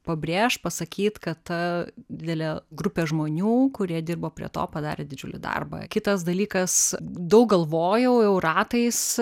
pabrėžt pasakyt kad ta didelė grupė žmonių kurie dirbo prie to padarė didžiulį darbą kitas dalykas daug galvojau jau ratais